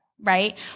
right